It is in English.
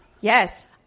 Yes